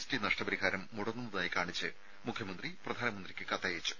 T നഷ്ടപരിഹാരം മുടങ്ങുന്നതായി കാണിച്ച് മുഖ്യമന്ത്രി പ്രധാനമന്ത്രിക്ക് കത്തയച്ചു